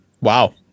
Wow